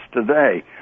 today